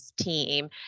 team